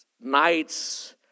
Nights